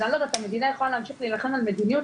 אז אני לא יודעת המדינה יכולה להמשיך להילחם על מדיניות,